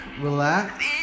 Relax